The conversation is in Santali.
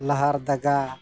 ᱞᱚᱦᱟᱨᱫᱚᱜᱟ